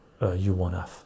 U1F